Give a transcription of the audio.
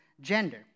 gender